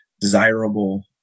desirable